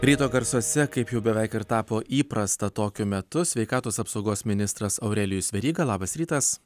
ryto garsuose kaip jau beveik ir tapo įprasta tokiu metu sveikatos apsaugos ministras aurelijus veryga labas rytas